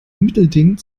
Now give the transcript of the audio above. mittelding